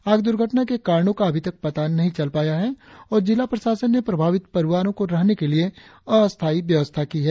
आग दुर्घटना के कारणो का अभी तक पता नही चल पाया है और जिला प्रशासन ने प्रभावित परिवारो को रहने के लिए अस्थायी व्यवस्था की है